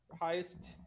highest